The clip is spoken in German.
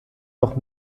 noch